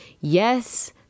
Yes